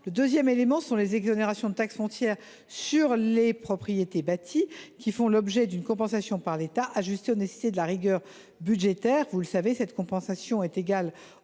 Deuxièmement, les exonérations de taxe foncière sur les propriétés bâties (TFPB) font l’objet d’une compensation par l’État ajustée aux nécessités de la rigueur budgétaire. Vous le savez, cette compensation est égale